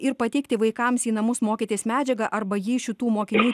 ir pateikti vaikams į namus mokytis medžiagą arba jį šitų mokinių